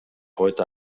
heute